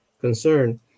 concern